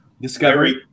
Discovery